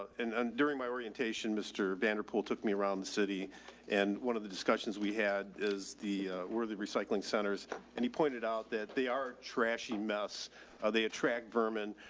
and and during my orientation, mr vanderpool took me around the city and one of the discussions we had is the, ah, where the recycling centers and he pointed out that they are trashy. mess of, they attract vermin.